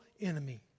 enemy